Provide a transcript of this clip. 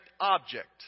object